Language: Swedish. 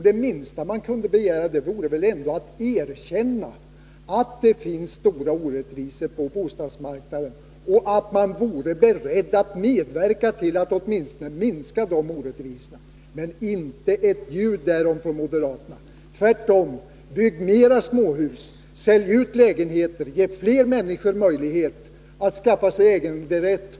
Det minsta vi kunde begära är väl ändå att man erkände att det finns stora orättvisor på bostadsmarknaden och att man åtminstone var beredd att medverka till att minska dessa. Men det nämner man inte med ett enda ord från moderaterna. Tvärtom säger man: Bygg fler småhus! Sälj ut lägenheter! Ge fler människor möjlighet att skaffa sig äganderätt!